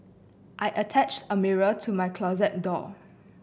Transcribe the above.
I attached a mirror to my closet door